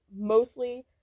mostly